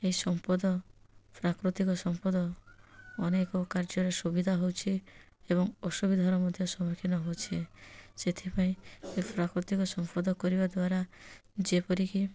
ଏହି ସମ୍ପଦ ପ୍ରାକୃତିକ ସମ୍ପଦ ଅନେକ କାର୍ଯ୍ୟରେ ସୁବିଧା ହେଉଛି ଏବଂ ଅସୁବିଧାର ମଧ୍ୟ ସମ୍ମୁଖୀନ ହେଉଛି ସେଥିପାଇଁ ପ୍ରାକୃତିକ ସମ୍ପଦ କରିବା ଦ୍ୱାରା ଯେପରିକି